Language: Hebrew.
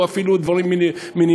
או אפילו לדברים מינימליים.